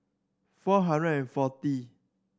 four hundred and forty